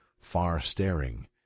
far-staring